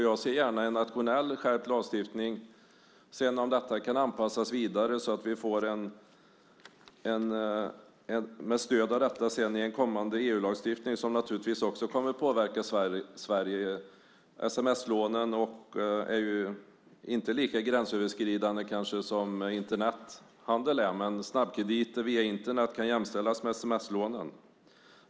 Jag ser gärna en nationell skärpt lagstiftning som sedan kan anpassas vidare, så att vi med stöd av detta får en kommande EU-lagstiftning som naturligtvis också kommer att påverka Sverige. Sms-lånen är kanske inte lika gränsöverskridande som Internethandeln. Men snabbkrediter via Internet kan jämställas med sms-lån.